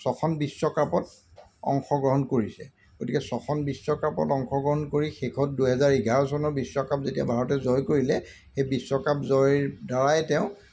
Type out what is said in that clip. ছখন বিশ্বকাপত অংশগ্ৰহণ কৰিছে গতিকে ছখন বিশ্বকাপত অংশগ্ৰহণ কৰি শেষত দুহেজাৰ এঘাৰ চনৰ বিশ্বকাপ যেতিয়া ভাৰতে জয় কৰিলে সেই বিশ্বকাপ জয়ৰদ্বাৰাই তেওঁ